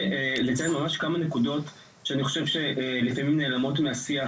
לציין ממש כמה נקודות שאני חושב שלפעמים נעלמות מהשיח.